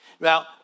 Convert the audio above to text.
Now